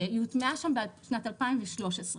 היא הוטמעה שם בשנת 2013,